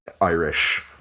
Irish